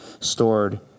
stored